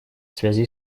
связи